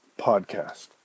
podcast